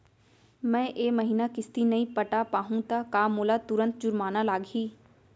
मैं ए महीना किस्ती नई पटा पाहू त का मोला तुरंत जुर्माना लागही?